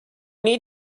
need